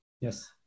Yes